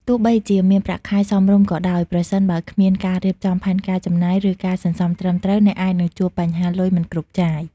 ទោះបីជាមានប្រាក់ខែសមរម្យក៏ដោយ ប្រសិនបើគ្មានការរៀបចំផែនការចំណាយ ឬការសន្សំត្រឹមត្រូវ អ្នកអាចនឹងជួបបញ្ហាលុយមិនគ្រប់ចាយ។